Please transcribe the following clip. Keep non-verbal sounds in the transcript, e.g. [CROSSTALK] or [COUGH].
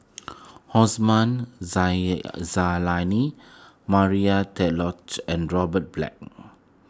Osman [UNINTELLIGIBLE] Zailani Maria [UNINTELLIGIBLE] and Robert Black